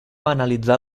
analitzar